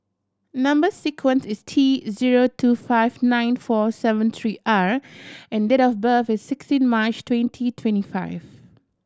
number sequence is T zero two five nine four seven three R and date of birth is sixteen March twenty twenty five